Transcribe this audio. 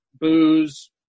booze